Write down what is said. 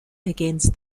against